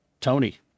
Tony